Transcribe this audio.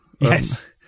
Yes